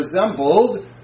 resembled